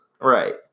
right